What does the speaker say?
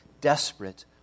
desperate